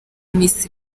miss